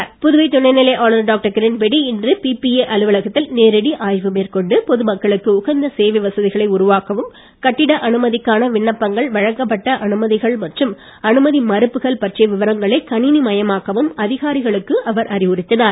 ஆய்வு புதுவை துணைநிலை ஆளுநர் டாக்டர் கிரண்பேடி இன்று பிபியே அலுவலகத்தில் நேரடி ஆய்வு மேற்கொண்டு பொதுமக்களுக்கு உகந்த சேவை வசதிகளை உருவாக்கவும் கட்டிட அனுமதிக்கான விண்ணப்பங்கள் வழங்கப்பட்ட அனுமதிகள் மற்றும் அனுமதி மறுப்புகள் பற்றிய விவரங்களை கணினி மயமாக்கவும் அதிகாரிகளுக்கு அவர் அறிவுறுத்தினார்